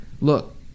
Look